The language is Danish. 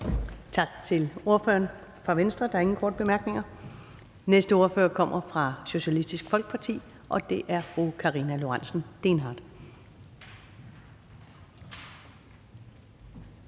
Tak til ordføreren fra Venstre. Der er ingen korte bemærkninger. Næste ordfører kommer fra Socialistisk Folkeparti, og det er fru Karina Lorentzen Dehnhardt.